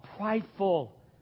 prideful